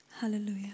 Hallelujah